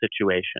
situation